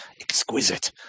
exquisite